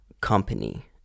company